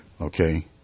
Okay